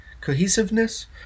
Cohesiveness